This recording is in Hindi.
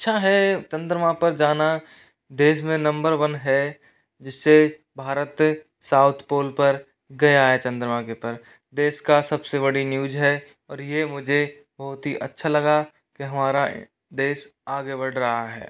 अच्छा है चंद्रमा पर जाना देश में नंबर वन है जिससे भारत साउथ पोल पर गया है चंद्रमा के उपर देश का सबसे बड़ी न्यूज है और यह मुझे बहुत ही अच्छा लगा के हमारा देश आगे बढ़ रहा है